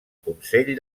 consell